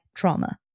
trauma